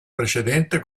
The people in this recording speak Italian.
precedente